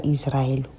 Israel